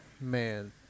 Man